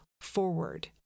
forward